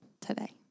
today